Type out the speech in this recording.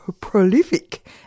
prolific